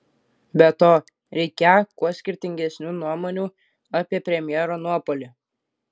be to reikią kuo skirtingesnių nuomonių apie premjero nuopuolį